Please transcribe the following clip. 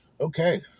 Okay